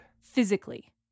Physically